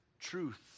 truth